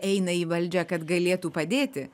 eina į valdžią kad galėtų padėti